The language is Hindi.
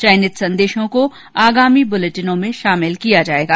चयनित संदेशों को आगामी बुलेटिनों में शामिल किया जाएगा